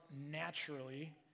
naturally